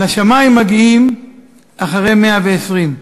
"לשמים מגיעים אחרי 120"